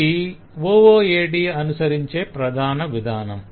ఇది OOAD అనుసరించే ప్రధాన విధానం